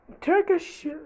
Turkish